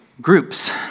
Groups